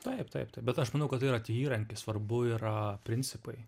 taip taip tai bet aš manau kad tai yra tik įrankis svarbu yra principai